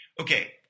okay